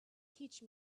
teach